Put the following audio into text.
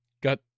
got